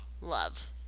love